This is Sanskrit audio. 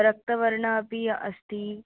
रक्तवर्णः अपि अस्ति